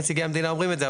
נציגי המדינה עוברים את זה,